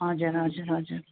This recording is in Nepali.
हजर हजर हजुर